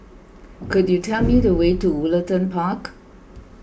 could you tell me the way to Woollerton Park